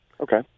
Okay